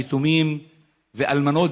יתומים ואלמנות,